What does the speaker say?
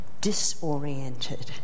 disoriented